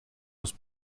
los